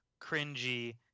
cringy